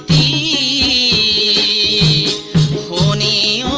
e sony,